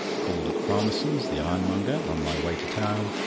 called at farmerson's, the ironmonger, on my way to town,